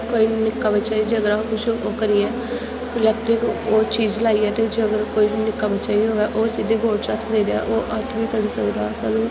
कोई निक्का बच्चा ही जेकर अस कुछ ओह् करियै इलैक्ट्रिक ओह् चीज लाइयै ते जेकर कोई निक्का बच्चा ही होवै ओह् सिद्धे बोर्ड च हत्थ देई देऐ ओह् हत्थ बी सड़ी सकदा